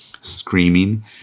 screaming